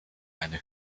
eine